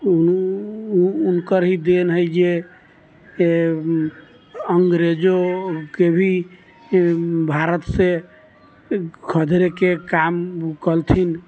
हुनकर ही देन है जे अंग्रेजोके भी भारतसँ खदेड़ैके काम ओ कलथिन